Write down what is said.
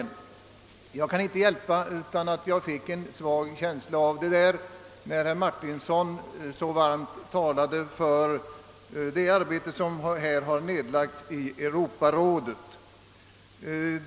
Jag kan inte hjälpa att jag fick en svag känsla av att så var fallet när herr Martinsson talade mycket varmt för det arbete som på detta område nedlagts inom Europarådet.